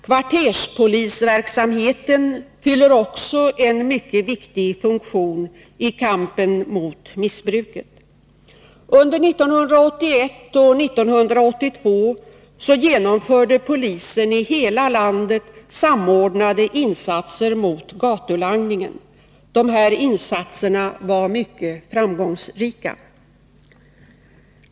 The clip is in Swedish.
Kvarterspolisverksamheten fyller också en mycket viktig funktion i kampen mot missbruket. Under 1981 och 1982 genomförde polisen i hela landet samordnade insatser mot gatulangningen. Dessa insatser var mycket framgångsrika.